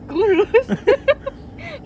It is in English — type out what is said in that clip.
kurus